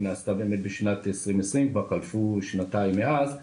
היא נעשתה באמת בשנת 2020. כבר חלפו שנתיים מאז.